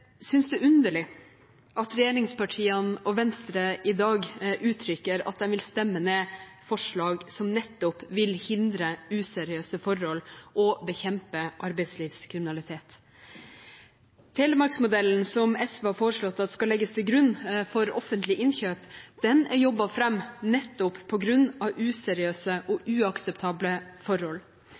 dag uttrykker at de vil stemme ned forslag som nettopp vil hindre useriøse forhold og bekjempe arbeidslivskriminalitet. Telemarks-modellen, som SV har foreslått skal legges til grunn for offentlige innkjøp, er jobbet fram nettopp på grunn av useriøse og uakseptable forhold.